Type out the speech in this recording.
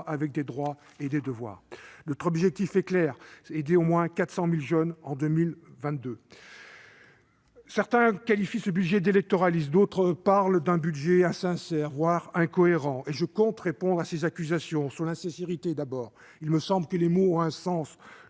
avec des droits et des devoirs ! Notre objectif est clair : aider au moins 400 000 jeunes en 2022. Certains qualifient ce projet de loi de finances d'électoraliste ; d'autres parlent d'un budget insincère, voire incohérent. Je compte répondre à ces accusations. L'insincérité, tout d'abord : il me semble que les mots ont un sens.